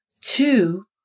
two